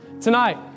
tonight